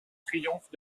triomphe